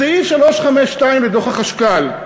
סעיף 352 לדוח החשכ"ל: